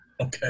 Okay